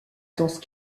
danse